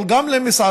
אבל גם למסעדות,